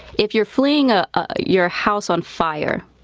if you're fleeing ah ah your house on fire,